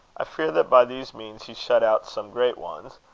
i fear that by these means he shut out some great ones,